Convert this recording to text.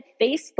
Facebook